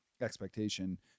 expectation